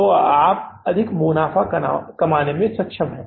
तो इसका मतलब है कि आप अधिक मुनाफ़ा कमाने के लिए सक्षम हैं